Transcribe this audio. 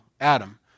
Adam